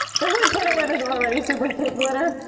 just like put it where's there's already super thick glitter.